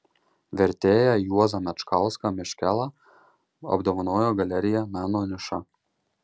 vertėją juozą mečkauską meškelą apdovanojo galerija meno niša